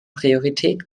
priorität